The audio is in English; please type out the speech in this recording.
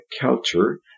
culture